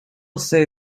say